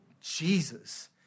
Jesus